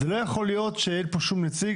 לא יכול להיות שאין פה שום נציג,